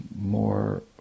more